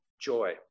joy